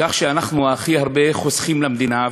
כך שאנחנו הכי הרבה חוסכים למדינה,